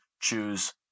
choose